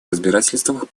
разбирательствах